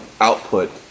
output